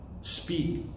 speak